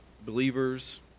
believers